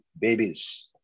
babies